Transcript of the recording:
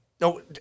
no